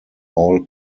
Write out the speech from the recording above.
all